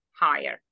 higher